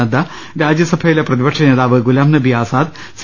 നദ്ദ രാജ്യസഭയിലെ പ്രതിപക്ഷനേതാവ് ഗുലാം നബി ആസാദ് സി